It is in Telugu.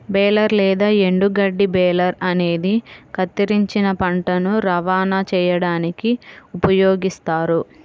బేలర్ లేదా ఎండుగడ్డి బేలర్ అనేది కత్తిరించిన పంటను రవాణా చేయడానికి ఉపయోగిస్తారు